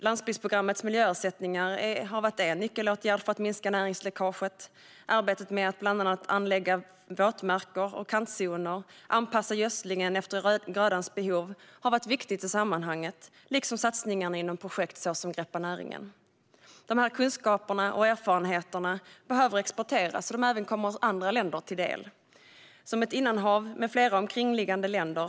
Landsbygdsprogrammets miljöersättningar har varit en nyckelåtgärd för att minska näringsläckaget, och arbetet med att bland annat anlägga våtmarker och kantzoner samt anpassa gödslingen efter grödans behov har varit viktigt i sammanhanget, liksom satsningar inom projekt som Greppa näringen. Dessa kunskaper och erfarenheter behöver exporteras så att de även kommer andra länder till del. Östersjön är ett innanhav med flera omkringliggande länder.